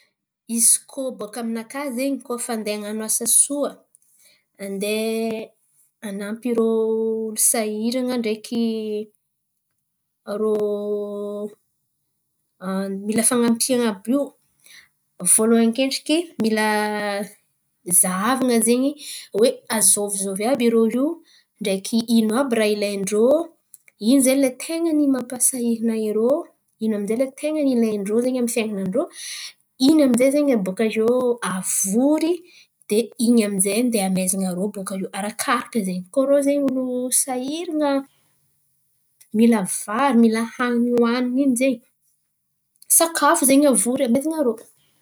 Izy koa bòka aminakà zen̈y koa fa handeha han̈ano asa soa handeha hanampy irô olo sahiran̈a ndreky rô mila fan̈ampian̈a àby io. Vôlohany akendriky mila zahavan̈a zen̈y oe azôvizôvy àby irô io? Ndreky ino àby raha ilain-drô? Ino zen̈y lay ten̈a ny mampasahiran̈a rô? Ino amy zay zen̈y ten̈a ny ilain-drô amin'ny fiain̈anan-drô? In̈y aminjay zen̈y abôkaiô avory de in̈y amy zay handeha amezan̈a rô bòka iô, arakaraka zen̈y. Koa irô zen̈y olo sahiran̈a mila vary, mila hanin̈y hoanin̈y in̈y zen̈y, sakafo zen̈y avory amezan̈a rô.